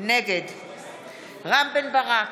נגד רם בן ברק,